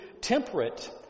temperate